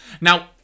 Now